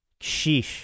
Sheesh